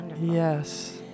Yes